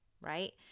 right